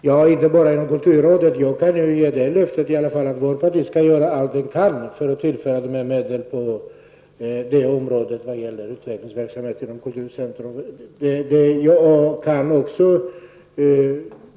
Herr talman! Detta gäller inte bara inom kulturrådet. Jag kan lova att vårt parti skall göra allt det kan för att tillföra medel till utvecklingsverksamhet inom kultursektorn.